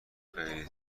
خیلی